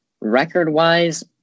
Record-wise